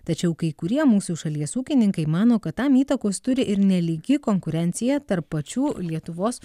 tačiau kai kurie mūsų šalies ūkininkai mano kad tam įtakos turi ir nelygi konkurencija tarp pačių lietuvos